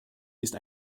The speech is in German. ist